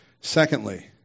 Secondly